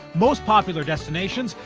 most popular destinations,